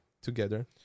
together